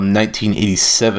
1987